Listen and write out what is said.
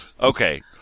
Okay